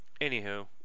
anywho